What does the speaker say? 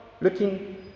looking